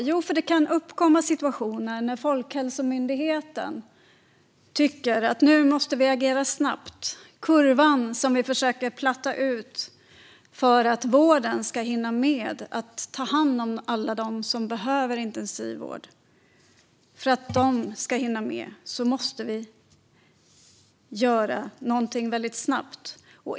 Jo, det kan uppkomma situationer när Folkhälsomyndigheten tycker att vi måste agera snabbt. Vi försöker att platta ut kurvan för att vården ska hinna med att ta hand om alla dem som behöver intensivvård. För att vården ska hinna med måste vi göra någonting väldigt snabbt.